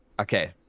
okay